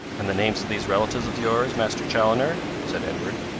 and the names of these relatives of yours, master chaloner? said edward.